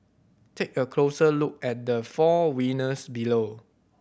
take a closer look at the four winners below